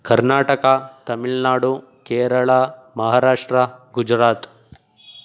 Karnataka Tamil Nadu Kerala Maharashtra Gujarat